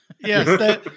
Yes